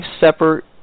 separate